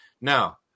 Now